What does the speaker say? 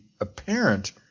apparent